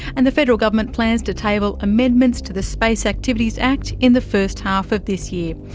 and the federal government plans to table amendments to the space activities act in the first half of this year.